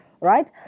right